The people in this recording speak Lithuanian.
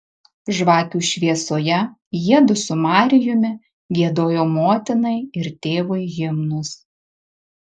žvakių šviesoje jiedu su marijumi giedojo motinai ir tėvui himnus